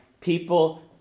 people